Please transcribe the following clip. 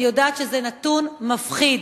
אני יודעת שזה נתון מפחיד.